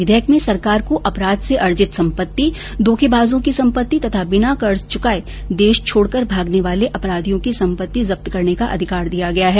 विधेयक में सरकार को अपराध से अर्जित संपत्ति धोखेबाजों की संपत्ति तथा बिना कर्ज चुकाए देश छोड़कर भागने वाले अपराधियों की संपत्ति जब्त करने का अधिकार दिया गया है